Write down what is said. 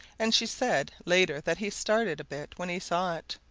and she said later that he started a bit when he saw it.